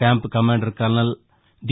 camp commander colonel D